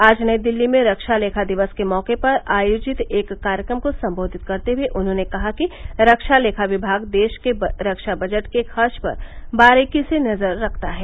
आज नई दिल्ली में रक्षा लेखा दिवस के मौके पर आयोजित एक कार्यक्रम को सम्बोधित करते हुए उन्होंने कहा कि रक्षा लेखा विभाग देश के रक्षा बजट के खर्च पर बारीकी से नजर रखता है